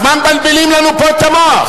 אז מה מבלבלים לנו פה את המוח?